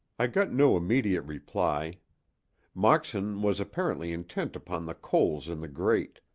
i got no immediate reply moxon was apparently intent upon the coals in the grate,